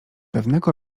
pewnego